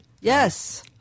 Yes